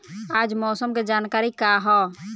आज मौसम के जानकारी का ह?